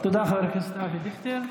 תודה, חבר הכנסת אבי דיכטר.